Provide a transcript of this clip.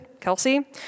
Kelsey